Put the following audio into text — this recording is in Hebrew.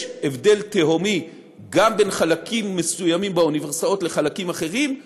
יש הבדל תהומי גם בין חלקים מסוימים באוניברסיטאות לחלקים אחרים,